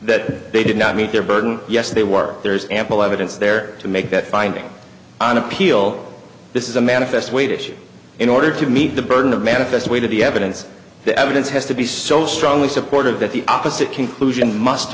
that they did not meet their burden yes they were there is ample evidence there to make that finding on appeal this is a manifest weight issue in order to meet the burden of manifest weight of the evidence the evidence has to be so strongly supported that the opposite conclusion must